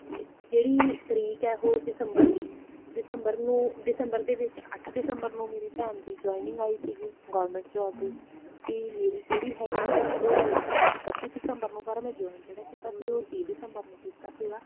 ਅਤੇ ਜਿਹੜੀ ਤਰੀਕ ਹੈ ਉਹ ਦਸੰਬਰ ਦੀ ਦਸੰਬਰ ਨੂੰ ਦਸੰਬਰ ਦੇ ਵਿੱਚ ਅੱਠ ਦਸੰਬਰ ਨੂੰ ਮੇਰੀ ਭੈਣ ਦੀ ਜੁਇਨਿੰਗ ਆਈ ਸੀਗੀ ਗੌਰਮੈਂਟ ਜੋਬ ਦੀ ਅਤੇ ਮੇਰੀ ਜਿਹੜੀ ਹੈਗੀ ਹੈ ਉਹ ਆਈ ਸੀਗੀ ਇਕੱਤੀ ਦਸੰਬਰ ਨੂੰ ਪਰ ਮੈਂ ਜੁਇਨ ਜਿਹੜਾ ਕੀਤਾ ਸੀ ਉਹ ਤੀਹ ਦਸੰਬਰ ਨੂੰ ਕੀਤਾ ਸੀਗਾ